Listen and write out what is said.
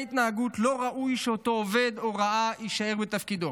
התנהגות לא ראוי שאותו עובד הוראה יישאר בתפקידו.